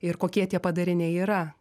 ir kokie tie padariniai yra